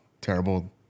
terrible